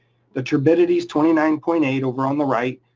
the turbidity is twenty nine point eight over on the right,